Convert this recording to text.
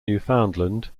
newfoundland